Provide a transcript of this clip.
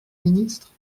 ministres